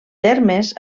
termes